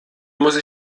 muss